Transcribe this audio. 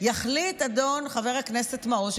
יחליט אדון חבר הכנסת מעוז,